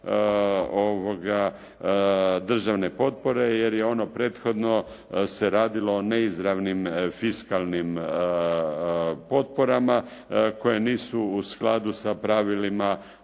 državne potpore jer je ono prethodno se radilo neizravnim fiskalnim potporama koje nisu u skladu sa pravilima